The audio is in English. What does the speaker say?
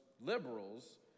liberals